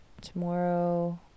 Tomorrow